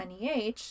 NEH